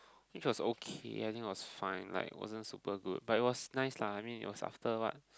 it was okay I think was fine like wasn't super good but it was nice lah I mean you after [what]